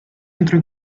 entro